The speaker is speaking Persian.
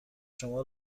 شما